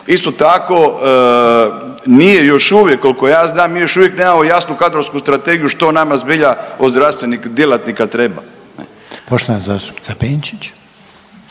isto tako nije još uvijek koliko ja znam mi još uvijek nemamo jasnu kadrovsku strategiju što nama zbilja od zdravstvenih djelatnika treba.